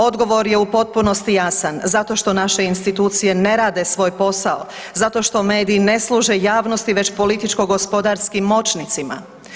Odgovor je u potpunosti jasan, zato što naše institucije ne rade svoj posao, zato što mediji ne služe javnosti već političko gospodarskim moćnicima.